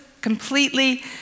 completely